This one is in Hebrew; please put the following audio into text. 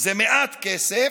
זה מעט כסף,